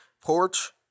porch